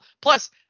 Plus